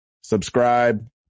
Subscribe